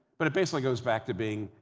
but it basically goes back to being,